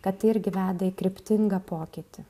kad tai irgi veda į kryptingą pokytį